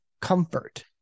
comfort